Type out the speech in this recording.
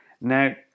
Now